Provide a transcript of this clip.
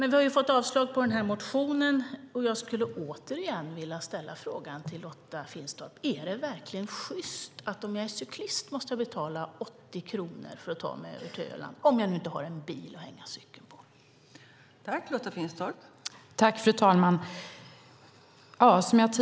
Vi har ju fått avslag på den här motionen, och jag skulle återigen vilja ställa frågan till Lotta Finstorp: Är det verkligen sjyst att om jag är cyklist måste jag betala 80 kronor för att ta mig över till Öland, om jag nu inte har en bil att hänga cykeln på?